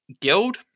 guild